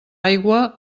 aigua